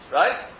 right